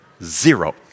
Zero